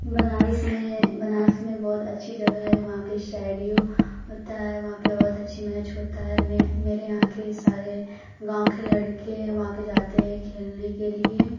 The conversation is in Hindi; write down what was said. बनारस में बनारस में बहुत अच्छी जगह है वहाँ पर स्टाइरियो होता है वहाँ पर बहुत अच्छी मैच होता है मे मेरे यहाँ के सारे गाँव के लड़के वहाँ पर जाते हैं खेलने के लिए